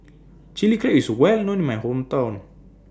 Chilli Crab IS Well known in My Hometown